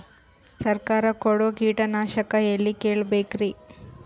ಸರಕಾರ ಕೊಡೋ ಕೀಟನಾಶಕ ಎಳ್ಳಿ ಕೇಳ ಬೇಕರಿ?